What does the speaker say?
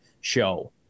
show